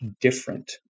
different